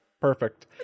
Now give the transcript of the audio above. perfect